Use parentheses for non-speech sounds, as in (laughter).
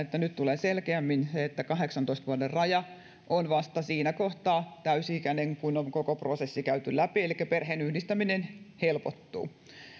(unintelligible) että nyt tulee selkeämmin esille se kahdeksantoista vuoden raja vasta siinä kohtaa on täysi ikäinen kun on koko prosessi käyty läpi elikkä perheenyhdistäminen helpottuu